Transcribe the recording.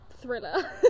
thriller